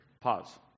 Pause